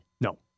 No